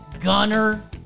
Gunner